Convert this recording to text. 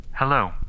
Hello